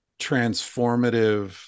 transformative